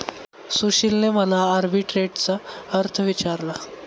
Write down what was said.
सुशीलने मला आर्बिट्रेजचा अर्थ विचारला